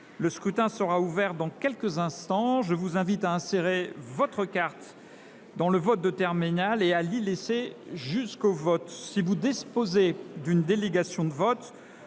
Le scrutin sera ouvert dans quelques instants. Je vous invite à insérer votre carte de vote dans le terminal et à l’y laisser jusqu’au vote. Si vous disposez d’une délégation de vote,